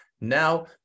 Now